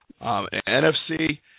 NFC